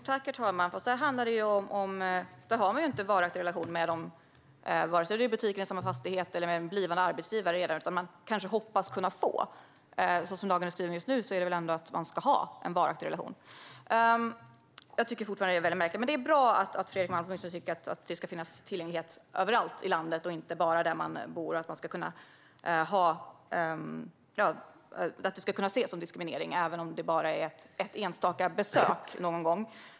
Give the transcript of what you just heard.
Herr talman! Men även om det gäller en butik i samma fastighet eller en blivande arbetsgivare har man inte en varaktig relation till dem, utan man kanske hoppas kunna få det. Som lagen är skriven just nu är det väl ändå så att man redan ska ha en varaktig relation. Jag tycker fortfarande att detta är väldigt märkligt. Men det är bra att Fredrik Malm åtminstone tycker att det ska finnas tillgänglighet överallt i landet, inte bara där personen bor, och att det ska kunna ses som diskriminering även om det bara är fråga om ett enstaka besök någon gång.